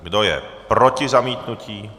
Kdo je proti zamítnutí?